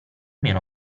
meno